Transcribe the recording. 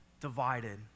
divided